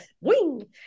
wing